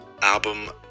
album